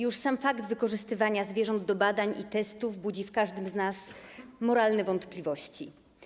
Już sam fakt wykorzystywania zwierząt do badań i testów budzi w każdym z nas moralne wątpliwości.